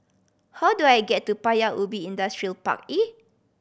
how do I get to Paya Ubi Industrial Park E